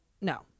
No